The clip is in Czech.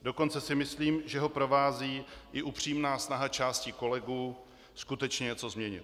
Dokonce si myslím, že ho provází i upřímná snaha části kolegů skutečně něco změnit.